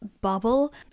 bubble